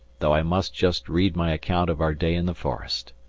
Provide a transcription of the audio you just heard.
though i must just read my account of our day in the forest.